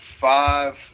five